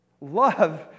Love